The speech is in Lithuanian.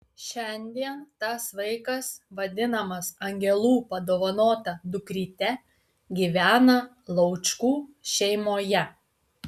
šiandien tas vaikas vadinamas angelų padovanota dukryte gyvena laučkų šeimoje